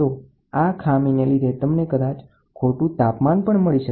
તો આ ખામીને લીધે તમને કદાચ ખોટું તાપમાન પણ મળી શકે